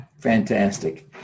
Fantastic